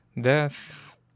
death